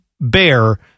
bear